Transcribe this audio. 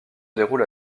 déroule